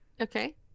Okay